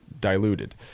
diluted